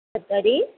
तर्हि